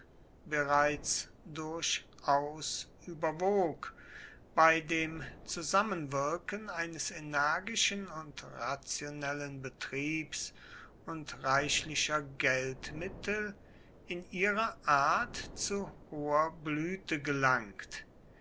bereits durchaus überwog bei dem zusammenwirken eines energischen und rationellen betriebs und reichlicher geldmittel in ihrer art zu hoher blüte gelangt